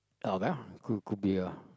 uh there could could be a